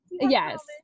Yes